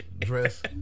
dress